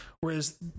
whereas